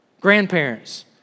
Grandparents